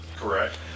Correct